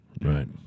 Right